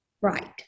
right